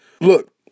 look